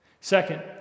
Second